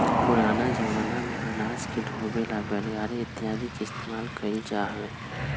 पुराना जमाना में अनाज के ढोवे ला बैलगाड़ी इत्यादि के इस्तेमाल कइल जा हलय